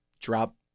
drop